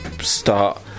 start